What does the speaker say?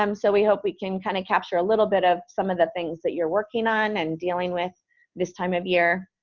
um so we hope we can kind of capture a little bit of some of the things that you're working on and dealing with this time of year.